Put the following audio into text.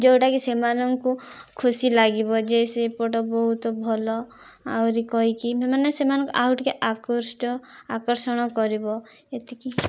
ଯେଉଁଟା କି ସେମାନଙ୍କୁ ଖୁସି ଲାଗିବ ଯେ ସେ ପଟ ବହୁତ ଭଲ ଆହୁରି କହିକି ମାନେ ସେମାନଙ୍କୁ ଆଉ ଟିକେ ଆକୃଷ୍ଟ ଆକର୍ଷଣ କରିବ ଏତିକି